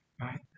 right